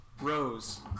Rose